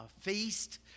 feast